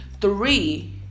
Three